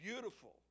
beautiful